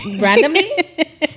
randomly